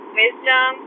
wisdom